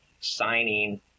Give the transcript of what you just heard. signing